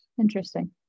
Interesting